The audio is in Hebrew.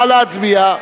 נא להצביע.